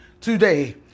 today